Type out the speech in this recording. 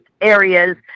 areas